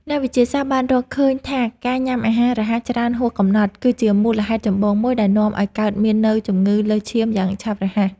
អ្នកវិទ្យាសាស្ត្របានរកឃើញថាការញ៉ាំអាហាររហ័សច្រើនហួសកំណត់ គឺជាមូលហេតុចម្បងមួយដែលនាំឲ្យកើតមាននូវជំងឺលើសឈាមយ៉ាងឆាប់រហ័ស។